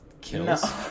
kills